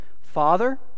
Father